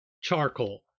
charcoal